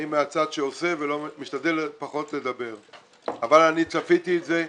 אני מהצד שעושה ומשתדל פחות לדבר אבל אני צפיתי את זה,